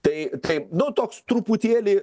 tai taip nu toks truputėlį